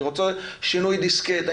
אני רוצה שינוי דיסקט,